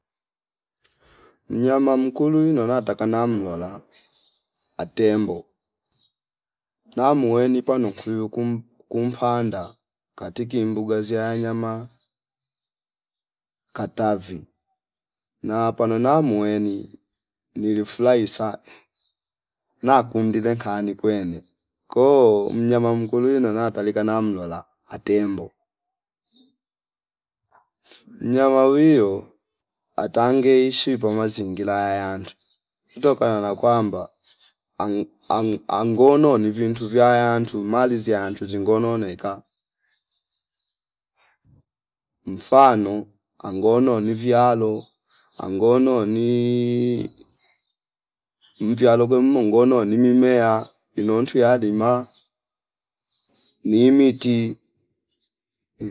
Mnyama mkulwi nona atakanam nyola atembo namuweni pano kulu kum- kumpanda katiki mbuga zia nyama Katavi na panona muweni nilifurahi saa nna kundile kani kwene koo mnyama mkuliwino nona talika na mlola atembo, Mnyama uwio atange ishi po mazingila aya yandu kutokana na kwamba ang- ang- angoni nivintu vya yantu mali ziyantu zingono neka mfano angono nivialo, angoni nii mvyalo gwem mnongono ni mimea intotwila yalima ni miti